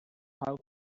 how